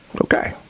Okay